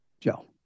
Joe